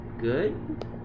good